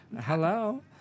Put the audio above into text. Hello